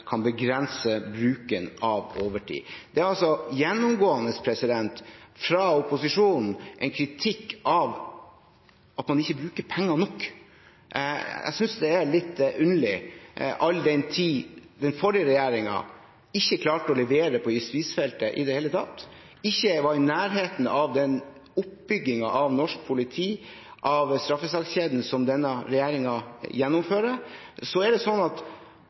kan begrense bruken av overtid. Det er gjennomgående, fra opposisjonen, en kritikk av at man ikke bruker nok penger. Jeg synes det er litt underlig, all den tid den forrige regjeringen ikke klarte å levere på justisfeltet i det hele tatt, ikke var i nærheten av den oppbyggingen av norsk politi og straffesakskjeden som denne regjeringen gjennomfører.